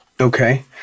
Okay